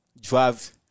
drive